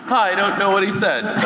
i don't know what he said.